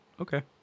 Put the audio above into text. Okay